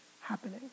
happening